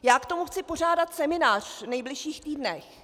Já k tomu chci pořádat seminář v nejbližších týdnech.